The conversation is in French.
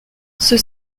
ceux